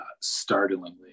startlingly